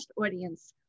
audience